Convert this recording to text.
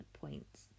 points